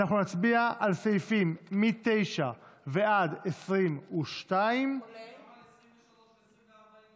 אנחנו נצביע על סעיפים מ-9 ועד 22. ל-23 ול-24 אין